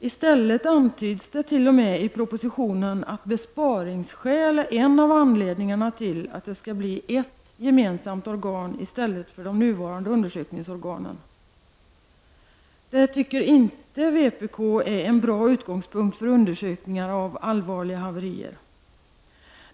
I stället antyds det t.o.m. i propositionen att besparingsskäl är en av anledningarna till att det skall bli ett gemensamt organ i stället för de nuvarande undersökningsorganen. Det tycker inte vpk är en bra utgångspunkt för undersökningar av allvarliga haverier.